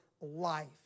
life